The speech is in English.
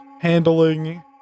handling